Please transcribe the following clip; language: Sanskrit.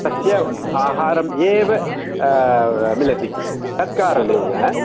सस्य आहारम् एव मिलति तत्कारणेन